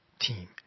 team